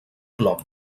plom